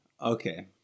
okay